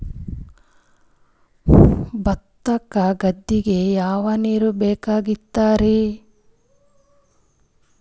ಭತ್ತ ಗದ್ದಿಗ ಯಾವ ನೀರ್ ಬೇಕಾಗತದರೀ?